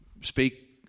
speak